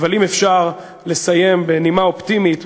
אבל אם אפשר לסיים בנימה אופטימית,